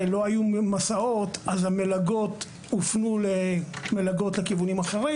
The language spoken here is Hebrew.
הרי לא היו מסעות ולכן המלגות הופנו למלגות לכיוונים אחרים.